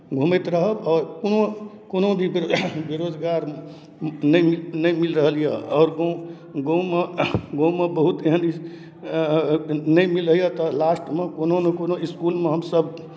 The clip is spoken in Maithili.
घूमैत रहब आओर कोनो कोनो भी बेरो बेरोजगार नहि नहि मिल रहल यए आओर गाँव गाँवमे गाँवमे बहुत एहन स्थिति नहि मिलैए तऽ लास्टमे कोनो नहि कोनो इसकुलमे हमसभ